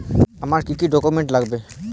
আমার কি কি ডকুমেন্ট লাগবে?